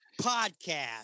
podcast